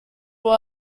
war